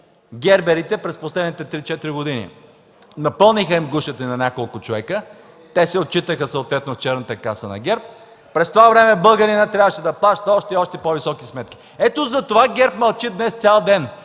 герберите дадоха лицензии. Напълниха гушите на няколко човека, те се отчитаха съответно в черната каса на ГЕРБ. През това време българинът трябваше да плаща още и още по-високи сметки. Ето затова ГЕРБ мълчи днес цял ден.